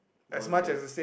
one of the best